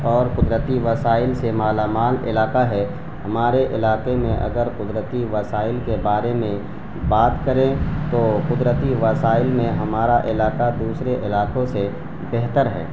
اور قدرتی وسائل سے مالا مال علاقہ ہے ہمارے علاقے میں اگر قدرتی وسائل کے بارے میں بات کریں تو قدرتی وسائل میں ہمارا علاقہ دوسرے علاقوں سے بہتر ہے